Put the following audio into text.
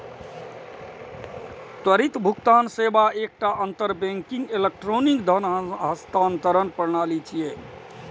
त्वरित भुगतान सेवा एकटा अंतर बैंकिंग इलेक्ट्रॉनिक धन हस्तांतरण प्रणाली छियै